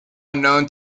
unknown